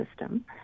system